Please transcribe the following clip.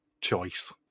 choice